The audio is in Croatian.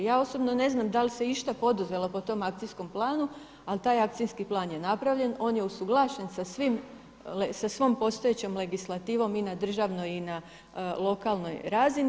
Ja osobno ne znam da li se išta poduzelo po tom akcijskom planu, ali taj akcijski plan je napravljen, on je usuglašen sa svom postojećom legislativom i na državnoj i na lokalnoj razini.